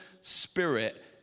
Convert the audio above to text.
spirit